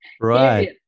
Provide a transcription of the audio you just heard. Right